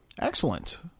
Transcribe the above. excellent